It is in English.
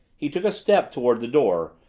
he took a step toward the door,